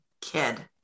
kid